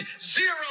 Zero